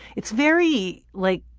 it's very like